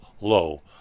low